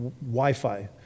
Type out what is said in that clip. Wi-Fi